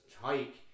hike